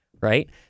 right